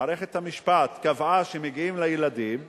שמערכת המשפט קבעה שמגיעים לילדים,